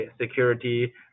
security